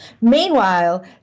Meanwhile